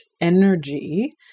energy